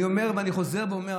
אני חוזר ואומר,